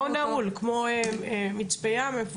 מעון נעול, כמו מצפה ים.